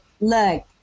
look